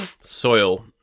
soil